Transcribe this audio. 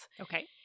Okay